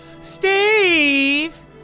Steve